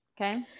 Okay